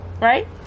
right